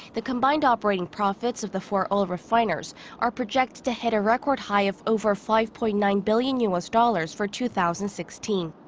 the combined operating profits of the four oil refiners are projected to hit a record high of over five-point-nine billion u s. dollars for two thousand and sixteen.